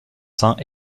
saints